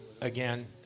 again